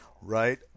right